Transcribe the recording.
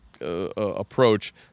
approach